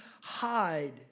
hide